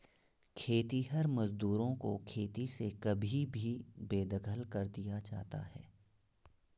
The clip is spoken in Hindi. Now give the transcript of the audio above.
खेतिहर मजदूरों को खेती से कभी भी बेदखल कर दिया जाता है